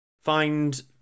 find